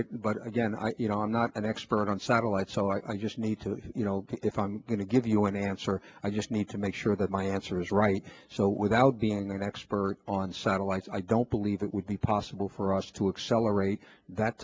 it but again i you know i'm not an expert on satellite so i just need to you know if i'm going to give you an answer i just need to make sure that my answer is right so without being the expert on satellites i don't believe it would be possible for us to accelerate that